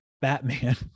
Batman